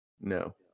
No